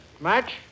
Match